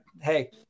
hey